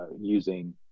using